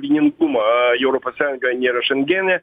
vieningumo europos sąjunga nėra šengene